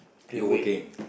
you working